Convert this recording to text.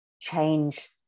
change